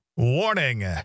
Warning